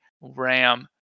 RAM